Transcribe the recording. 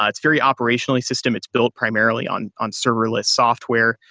ah it's very operationally system. it's built primarily on on serverless software.